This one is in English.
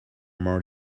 more